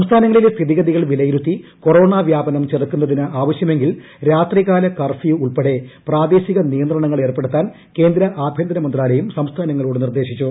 സംസ്ഥാനങ്ങളിലെ സ്ഥിതിഗതികൾ വിലയിരുത്തി കൊറോണ വ്യാപനം ചെറുക്കുന്നതിന് ആവശ്യമെങ്കിൽ രാത്രികാല കർഫ്യൂ ഉൾപ്പെടെ പ്രാദേശിക നിയന്ത്രണങ്ങൾ ഏർപ്പെടുത്താൻ കേന്ദ്ര ആഭ്യന്തര മന്ത്രാലയം സംസ്ഥാനങ്ങളോട് നിർദ്ദേശിച്ചു